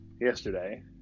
yesterday